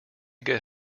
get